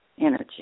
energy